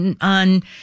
on